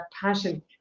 passion